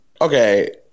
Okay